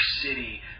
city